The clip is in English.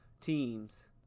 teams